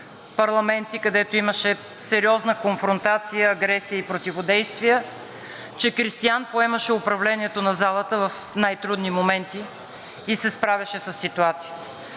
парламенти, където имаше сериозна конфронтация, агресия и противодействия, че Кристиан поемаше управлението на залата в най-трудни моменти и се справяше със ситуациите.